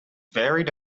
varied